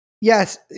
Yes